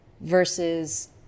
versus